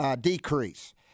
decrease